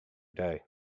day